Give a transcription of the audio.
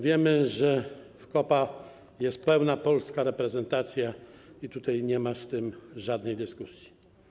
Wiemy, że w COPA jest pełna polska reprezentacja i nie ma z tym żadnej dyskusji.